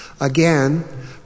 Again